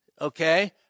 okay